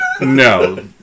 No